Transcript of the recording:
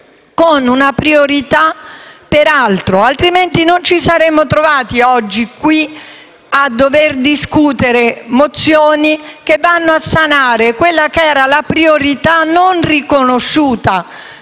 che riguardano altro, altrimenti non ci saremmo trovati qui oggi a dover discutere mozioni che vanno a sanare quella che era una priorità non riconosciuta